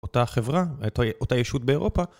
אותה חברה, אותה ישות באירופה.